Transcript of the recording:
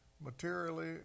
materially